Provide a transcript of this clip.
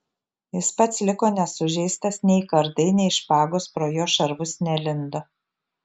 jis pats liko nesužeistas nei kardai nei špagos pro jo šarvus nelindo